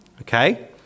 okay